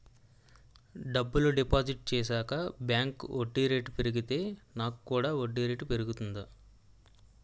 డబ్బులు డిపాజిట్ చేశాక బ్యాంక్ వడ్డీ రేటు పెరిగితే నాకు కూడా వడ్డీ రేటు పెరుగుతుందా?